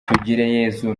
tugireyezu